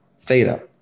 theta